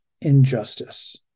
injustice